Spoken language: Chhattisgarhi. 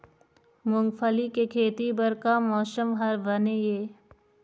मूंगफली के खेती बर का मौसम हर बने ये?